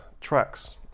tracks